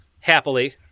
happily